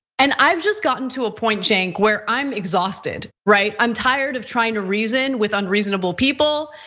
and i've just got into a point, cenk, where i'm exhausted, right. i'm tired of trying to reason with unreasonable people.